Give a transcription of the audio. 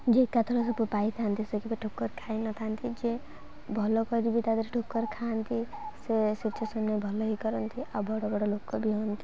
ଯିଏ ଏକାଥରକେ ସବୁ ପାଇଥାନ୍ତି ସେ କେବେ ଠୋକର୍ ଖାଇନଥାନ୍ତି ଯେ ଭଲ କରି ବି ତା'ଦେହରେ ଠୋକର୍ ଖାଆନ୍ତି ସେ ସିଚୁଏସନ୍ରେ ଭଲ ହିଁ କରନ୍ତି ଆଉ ବଡ଼ ବଡ଼ ଲୋକ ବି ହୁଅନ୍ତି